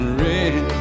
red